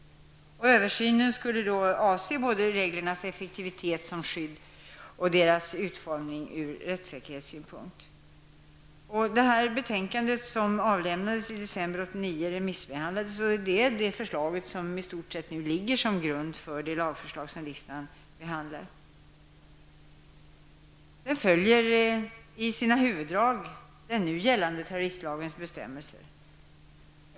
Översynen skulle avse både reglernas effektivitet som skydd och deras utformning ur rättssäkerhetsynpunkt. Det utredningsbetänkande som avlämnades i december 1989 har remissbehandlats, och det är i stort sett utredningens betänkande som ligger till grund för det lagstiftningsförslag som riksdagen i dag behandlar. Förslaget följer i sina huvuddrag den nuvarande terroristlagens bestämmelser.